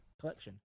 collection